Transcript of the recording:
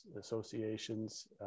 associations